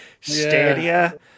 Stadia